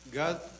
God